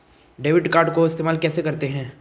Debit card को इस्तेमाल कैसे करते हैं?